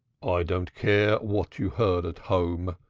i don't care what you heard at home.